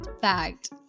fact